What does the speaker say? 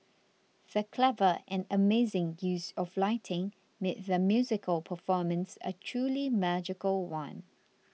the clever and amazing use of lighting made the musical performance a truly magical one